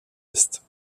est